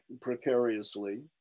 precariously